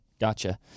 gotcha